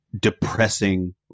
depressing